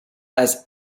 has